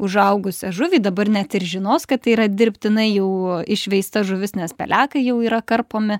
užaugusią žuvį dabar net ir žinos kad tai yra dirbtinai jau išveista žuvis nes pelekai jau yra karpomi